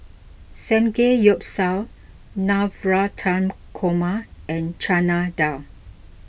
Samgeyopsal Navratan Korma and Chana Dal